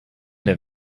der